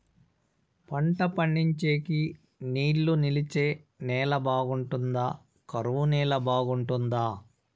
పంట పండించేకి నీళ్లు నిలిచే నేల బాగుంటుందా? కరువు నేల బాగుంటుందా?